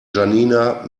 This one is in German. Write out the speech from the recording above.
janina